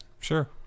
Sure